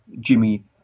Jimmy